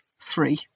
three